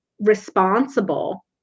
responsible